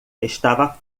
estava